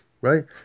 right